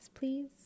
please